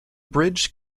bridge